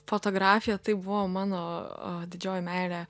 fotografija tai buvo mano didžioji meilė